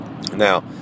Now